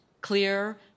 clear